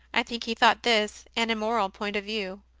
i think he thought this an immoral point of view.